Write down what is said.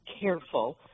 careful